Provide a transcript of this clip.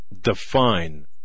define